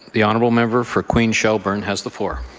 the honourable member for queens-shelburne has the floor.